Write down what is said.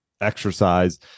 exercise